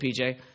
PJ